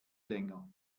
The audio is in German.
länger